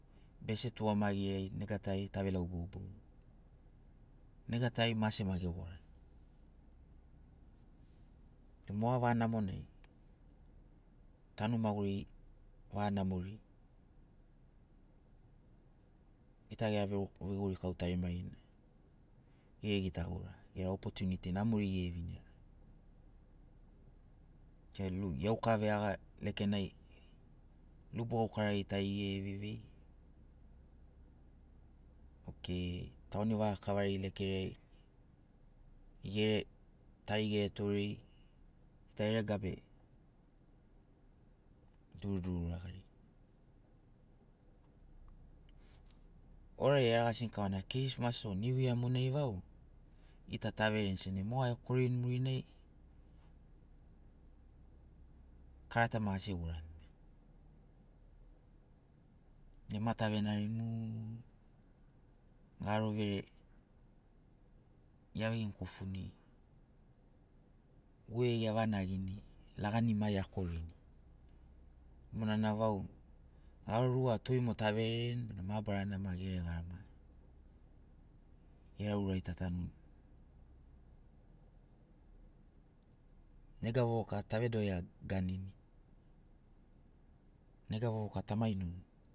Bese tugamagiri ai negatari tave lau boubouni negatari mase maki ge gorani okei moga vaga namonai tanu maguriri vaga namori gita gera vegorikau tarimarina gere. gitagaura gera opotiuniti namori gere vinira. Iauka veaga lekenai lubu gaukarari tari gere vevei okei taugani vevaga kavari lekenai gere tari gere toreri gita. eregabe durudurura gari. Orariai era gasini kavana kirismas o niu ia monai vau gita tavereni sena moga ekorini murinai karata maki asi egorani bene nai ma tave. narini mu garo vere eve ginu kofuni gue evanagini lagani ma ekorini monana vau garo rua o toi mogo taverereni bena marabana ma gere gara ma gera urai ta tanuni nega vovoka tave dogeiaganini nega vovoka ta mainoni.